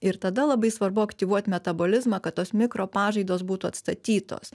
ir tada labai svarbu aktyvuot metabolizmą kad tos mikro pažaidos būtų atstatytos